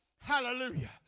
Hallelujah